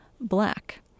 black